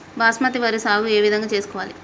బాస్మతి వరి సాగు ఏ విధంగా చేసుకోవాలి?